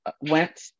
went